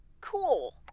Cool